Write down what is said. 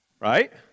right